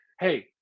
hey